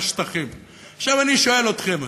עכשיו אני שואל אתכם: